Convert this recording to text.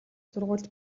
сургуульд